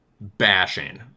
bashing